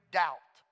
doubt